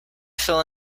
fill